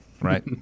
Right